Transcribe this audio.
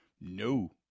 No